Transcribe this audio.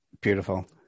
beautiful